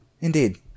Indeed